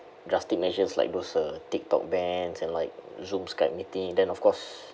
drastic measures like those uh tik tok bans and like zooms kind meeting then of course